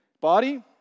body